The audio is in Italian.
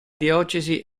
diocesi